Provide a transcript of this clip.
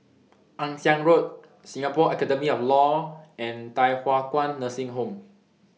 Ann Siang Road Singapore Academy of law and Thye Hua Kwan Nursing Home